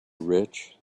rich